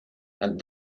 and